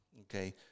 Okay